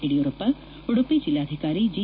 ಯಡಿಯೂರಪ್ಪ ಉಡುಪಿ ಜಿಲ್ಲಾಧಿಕಾರಿ ಜಿ